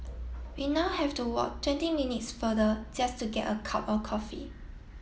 we now have to walk twenty minutes further just to get a cup of coffee